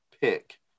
pick